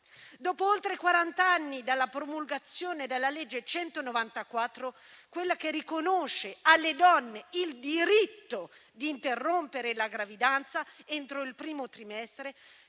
Dopo oltre quarant'anni dalla promulgazione della legge n. 194, che riconosce alle donne il diritto di interrompere la gravidanza entro il primo trimestre,